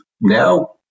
now